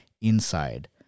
inside